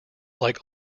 like